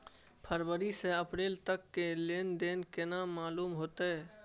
फरवरी से अप्रैल तक के लेन देन केना मालूम होते?